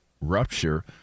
rupture